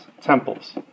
temples